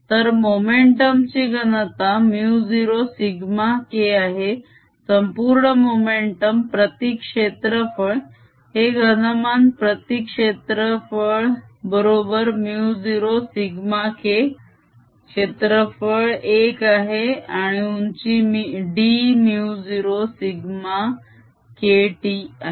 तर मोमेंटम ची घनता μ0σK आहे संपूर्ण मोमेंटम प्रती क्षेत्रफळ हे घनमान प्रती क्षेत्रफळ बरोबर μ0σK क्षेत्रफळ एक आहे आणि उंची dμ0σKt आहे